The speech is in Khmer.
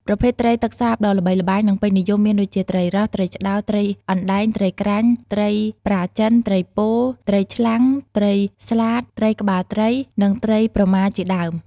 ប្រភេទត្រីទឹកសាបដ៏ល្បីល្បាញ និងពេញនិយមមានដូចជា ត្រីរ៉ស់ ត្រីឆ្ដោ ត្រីអណ្ដែង ត្រីក្រាញ់ ត្រីប្រាចិន ត្រីពោ ត្រីឆ្លាំង ត្រីស្លាត ត្រីក្បាលត្រី និងត្រីប្រម៉ាជាដើម។